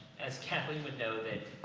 as kathleen would know that,